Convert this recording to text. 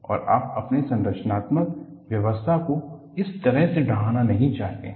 और आप अपने संरचनात्मक व्ययस्था को उस तरह से ढाहना नहीं चाहते हैं